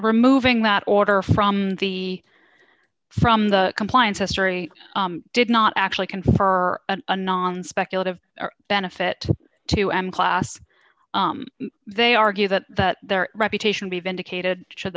removing that order from the from the compliance history did not actually confer an anon speculative benefit to em class they argue that that their reputation be vindicated should